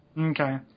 Okay